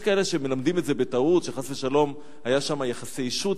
יש כאלה שמלמדים את זה בטעות שחס ושלום היה שם יחסי אישות,